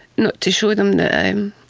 not to show them that